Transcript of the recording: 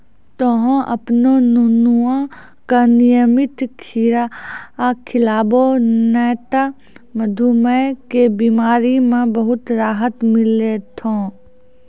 तोहॅ आपनो नुनुआ का नियमित खीरा खिलैभो नी त मधुमेह के बिमारी म बहुत राहत मिलथौं